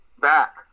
back